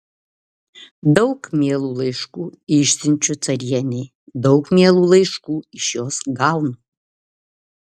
daug mielų laiškų išsiunčiu carienei daug mielų laiškų iš jos gaunu